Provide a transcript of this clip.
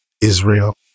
Israel